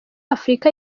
afrika